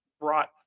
brought